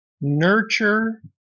nurture